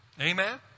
amen